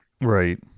right